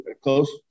close